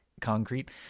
concrete